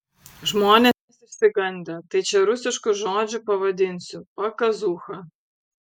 žmonės išsigandę tai čia rusišku žodžiu pavadinsiu pakazūcha